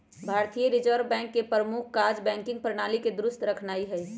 भारतीय reserve bank के प्रमुख काज़ बैंकिंग प्रणाली के दुरुस्त रखनाइ हइ